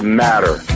matter